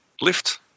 lift